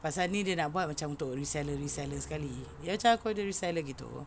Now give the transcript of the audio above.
pasal ni dia nak buat macam untuk reseller reseller sekali dia macam aku ada reseller gitu